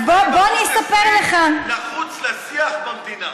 אם החוק הזה נחוץ לשיח במדינה.